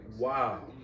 Wow